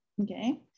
Okay